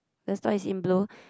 the store is in blue